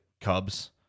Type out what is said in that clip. Cubs